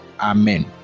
amen